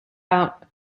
out